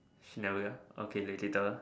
she never get okay later